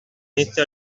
mette